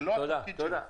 זה לא התפקיד שלה.